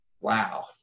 wow